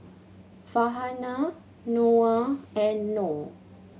Farhanah Noah and Nor